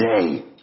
today